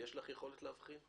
יש לך יכולת להבחין?